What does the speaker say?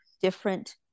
different